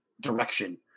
direction